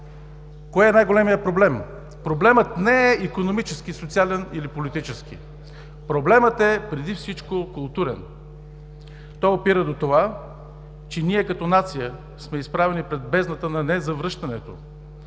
Кой е най-големият проблем? Проблемът не е икономически, социален или политически. Проблемът е преди всичко културен. Той опира до това, че ние като нация сме изправени пред бездната на незавръщането.